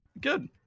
Good